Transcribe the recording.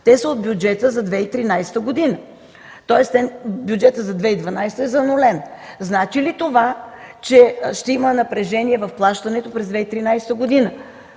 са от бюджета за 2013 г., тоест бюджетът за 2012 г. е занулен. Значи ли това, че ще има напрежение в плащането през 2013 г.?